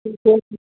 ठीके छै